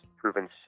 proven